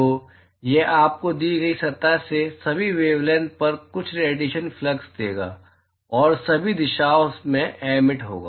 तो यह आपको दी गई सतह से सभी वेवलैंथ पर कुल रेडिएशन फ्लक्स देगा और सभी दिशाओं में एमिटिड होगा